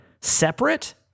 separate